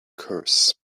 curse